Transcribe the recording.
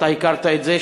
אתה הכרת את זה,